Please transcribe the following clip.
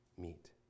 meet